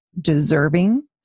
deserving